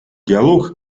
диалог